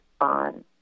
on